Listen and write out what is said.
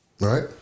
right